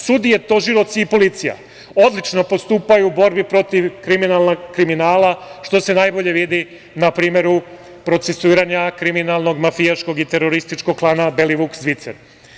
Sudije, tužioci i policija odlično postupaju u borbi protiv kriminala, što se najbolje vidi na primeru procesuiranja kriminalnog, mafijaškog i terorističkog klana Belivuk Zvicer.